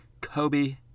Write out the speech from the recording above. Kobe